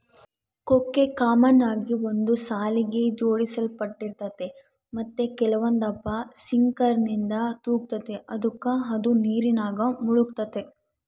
ಕೊಕ್ಕೆ ಕಾಮನ್ ಆಗಿ ಒಂದು ಸಾಲಿಗೆ ಜೋಡಿಸಲ್ಪಟ್ಟಿರ್ತತೆ ಮತ್ತೆ ಕೆಲವೊಂದಪ್ಪ ಸಿಂಕರ್ನಿಂದ ತೂಗ್ತತೆ ಅದುಕ ಅದು ನೀರಿನಾಗ ಮುಳುಗ್ತತೆ